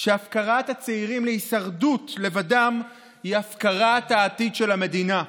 והפקרת הצעירים להישרדות לבדם היא הפקרת העתיד של המדינה.